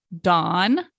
Dawn